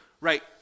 right